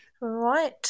Right